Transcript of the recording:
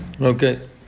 Okay